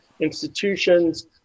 institutions